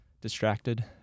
distracted